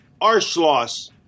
Arschloss